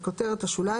בכותרת השוליים,